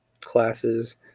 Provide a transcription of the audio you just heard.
classes